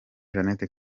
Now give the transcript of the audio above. janete